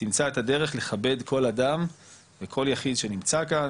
ותמצא את הדרך לכבד כל אדם וכל יחיד שנמצא כאן.